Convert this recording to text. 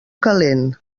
calent